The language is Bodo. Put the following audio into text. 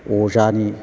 अजानि